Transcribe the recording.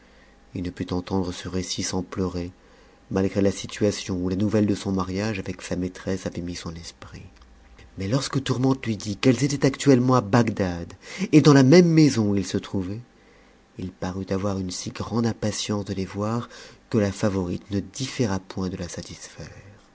h ne put éntendre ce récit sans pleurer malgré la situation où la nouvelle de son mariage avec sa maîtresse avait mis son esprit mais lorsque tourmente lui dit qu'elles étaient actuellement à bagdad et dans la même maison où il se trouvait il parut avoir une si grande impatience de les voir que la favorite ne différa point de la satisfaire